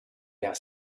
their